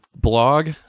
blog